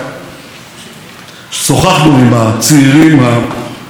שוחחנו עם הצעירים הנפלאים הללו,